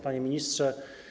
Panie Ministrze!